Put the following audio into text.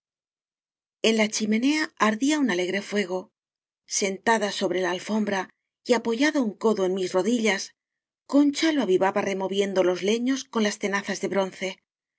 en la chimenea ardía un alegre fuego sen tada sobre la alfombra y apoyado un codo en mis rodillas concha lo avivaba remo viendo los leños con las tenazas de bronce